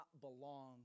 belong